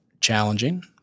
challenging